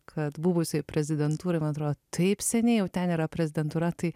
kad buvusioj prezidentūroj man atrodo taip seniai jau ten yra prezidentūra tai